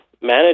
manage